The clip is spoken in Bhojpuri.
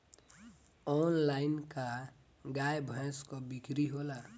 आनलाइन का गाय भैंस क बिक्री होला?